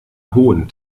hohen